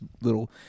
little